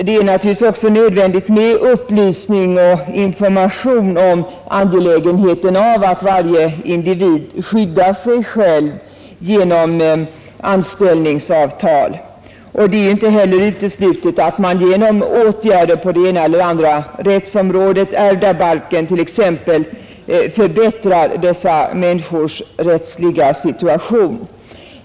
Det är naturligtvis också nödvändigt med upplysning och information om angelägenheten av att varje individ skyddar sig själv genom anställningsavtal, och det torde inte heller vara uteslutet att man genom åtgärder på det ena eller andra rättsområdet förbättrar dessa människors rättsliga situation.